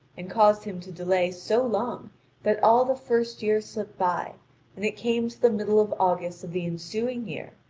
and caused him to delay so long that all the first year slipped by, and it came to the middle of august of the ensuing year,